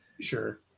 Sure